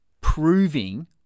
proving